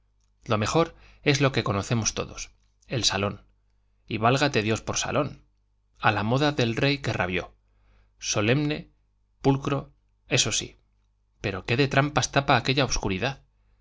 lo mejor es lo que conocemos todos el salón y válgate dios por salón a la moda del rey que rabió solemne pulcro eso sí pero qué de trampas tapa aquella obscuridad